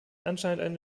anscheinend